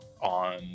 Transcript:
on